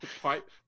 pipe